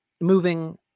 moving